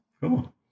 Cool